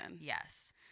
Yes